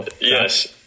Yes